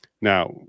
Now